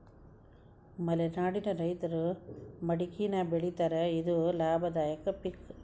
ಮಲೆನಾಡಿನ ರೈತರು ಮಡಕಿನಾ ಬೆಳಿತಾರ ಇದು ಲಾಭದಾಯಕ ಪಿಕ್